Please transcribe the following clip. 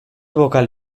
bokal